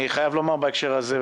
אני חייב לומר בהקשר הזה,